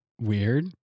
weird